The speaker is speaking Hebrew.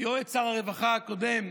ליועץ שר הרווחה הקודם,